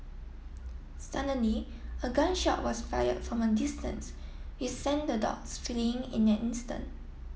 suddenly a gun shot was fired from a distance which sent the dogs fleeing in an instant